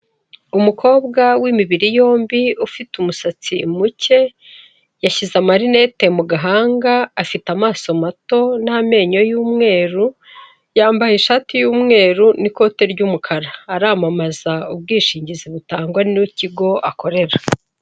Umukobwa w'imibiri yombi, ufite umusatsi muke, yashyize amarinete mu gahanga, afite amaso mato n'amenyo y'umweru, yambaye ishati y'umweru n'ikote ry'umukara, aramamaza ubwishingizi butangwa n'ikigo akorera.